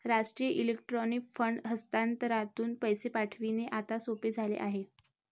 राष्ट्रीय electronic fund हस्तांतरणातून पैसे पाठविणे आता सोपे झाले आहे